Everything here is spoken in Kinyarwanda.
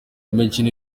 imikino